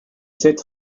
cette